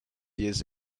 years